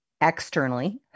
externally